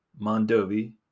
Mondovi